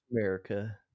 America